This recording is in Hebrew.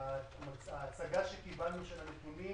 ההצגה של הנתונים